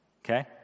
Okay